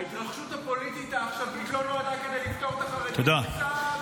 ההתרחשות הפוליטית העכשווית לא נועדה כדי לפטור את החרדים מצה"ל?